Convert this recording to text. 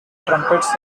trumpets